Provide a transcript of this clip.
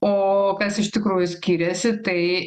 o kas iš tikrųjų skiriasi tai